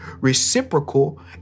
reciprocal